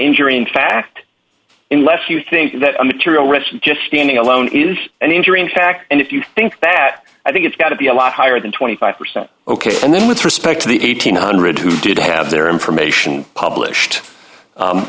injury in fact in lest you think that a material rest just standing alone is an injury in fact and if you think that i think it's got to be a lot higher than twenty five percent ok and then with respect to the eight hundred who did have their information published